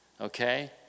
Okay